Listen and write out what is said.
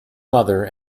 mother